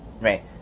Right